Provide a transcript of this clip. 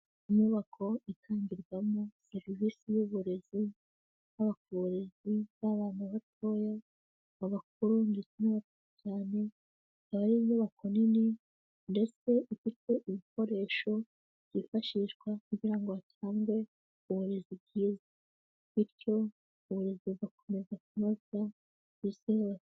Inyubako itangirwamo serivisi y'uburezi, haba ku burezi bw'abana batoya, abakuru ndetse n'abakuze cyane, akaba ari inyubako nini ndetse ifite ibikoresho, byifashishwa kugira ngo hatangwe, uburezi bwiza. Bityo uburezi bugakomeza kunozwa ku isi hose.